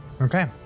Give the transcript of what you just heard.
okay